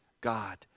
God